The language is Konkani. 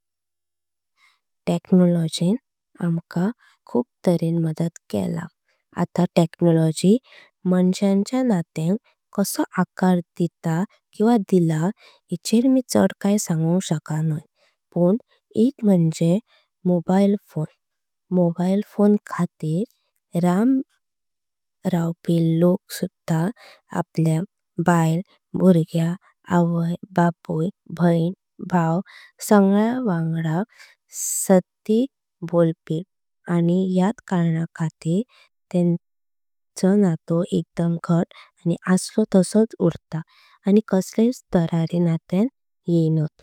टेक्नोलॉजींन अमका खूप तऱ्हेन मदत केला। आता टेक्नोलॉजी माणसांचें नात्यांक कशो। आकार दिला येच्यार मी चड काय सांगुंक। शकणार पण एक म्हंजे मोबाईल फोन मोबाईल। फोन खातीर लंब रावपी लोक सुझा आपल्या बायल। भुर्क्यां आय बापयूं सगळ्या वांगड सधि बोलपी आणि। यात करना खातीर नातो एकदम घट्ट आणि असलो। तसाच उर्ता आणि कडेलेच दर्ररी नात्यांक येयणात।